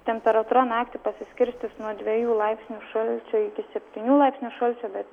temperatūra naktį pasiskirstys nuo dviejų laipsnių šalčio iki septynių laipsnių šalčio bet